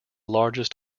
largest